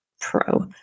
pro